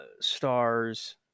Stars